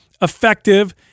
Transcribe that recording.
effective